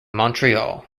montreal